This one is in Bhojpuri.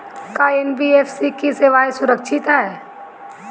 का एन.बी.एफ.सी की सेवायें सुरक्षित है?